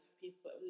people